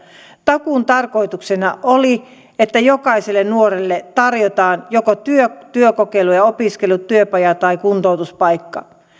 takuun tarkoituksena oli että jokaiselle nuorelle tarjotaan joko työ työkokeilu opiskelu työpaja tai kuntoutuspaikka